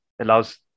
allows